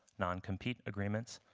noncompete agreements,